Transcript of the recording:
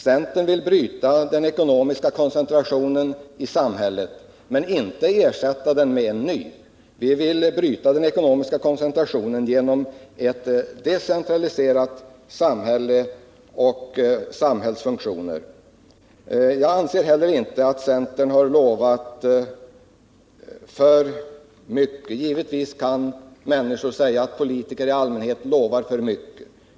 Centern vill bryta den ekonomiska koncentrationen i samhället men inte ersätta den med en ny. Vi vill bryta den ekonomiska koncentrationen genom ett decentraliserat samhälle och decentraliserade samhällsfunktioner. Jag anser inte heller att centern har lovat för mycket. Vi har aldrig ställt någon garanti. Givetvis kan människor säga att politiker i allmänhet lovar för mycket.